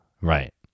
Right